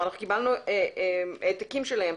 אני מחזיקה העתקים שלהם.